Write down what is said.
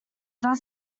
does